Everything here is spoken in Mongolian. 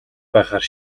байхаар